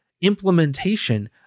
implementation